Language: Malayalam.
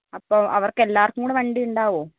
അപ്പോൾ അവർക്ക് എല്ലാവർക്കും കൂടി വണ്ടി ഉണ്ടാകുമോ